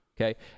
Okay